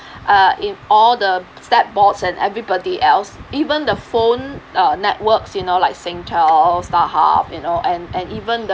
uh in all the statboards and everybody else even the phone uh networks you know like singtel starhub you know and and even the